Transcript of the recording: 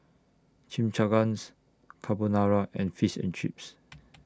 Chimichangas Carbonara and Fish and Chips